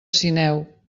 sineu